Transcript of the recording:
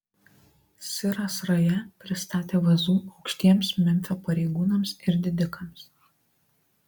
siras raja pristatė vazų aukštiems memfio pareigūnams ir didikams